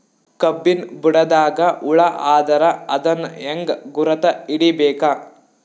ಕಬ್ಬಿನ್ ಬುಡದಾಗ ಹುಳ ಆದರ ಅದನ್ ಹೆಂಗ್ ಗುರುತ ಹಿಡಿಬೇಕ?